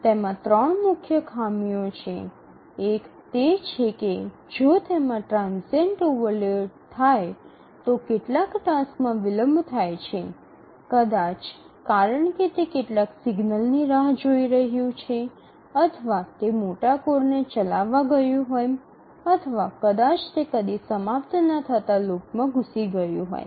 તેમાં ત્રણ મુખ્ય ખામીઓ છે એક તે છે કે જો તેમાં ટ્રાનઝિયન્ટ ઓવરલોડ થાય તો કેટલાક ટાસ્કમાં વિલંબ થાય છે કારણ કે કદાચ તે કેટલાક સિગ્નલની રાહ જોઈ રહ્યું છે અથવા તે કોઈ મોટો કોડ ચલાવી રહ્યું હોય અથવા કદાચ તે કદી સમાપ્ત ના થઈ શકે તેવા લૂપમાં ઘૂસી ગયું હોય